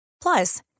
Plus